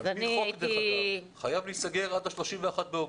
על פי חוק זה חייב להיסגר עד ה-31 באוגוסט.